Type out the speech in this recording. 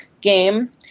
game